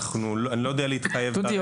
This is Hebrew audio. אני לא יודע להתחייב --- דודי,